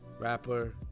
rapper